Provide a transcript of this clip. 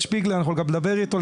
אנחנו גם נדבר איתו,